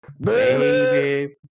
Baby